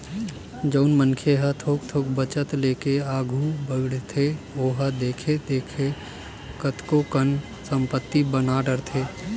जउन मनखे ह थोक थोक बचत लेके आघू बड़थे ओहा देखथे देखत कतको कन संपत्ति बना डरथे